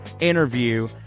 interview